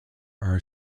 are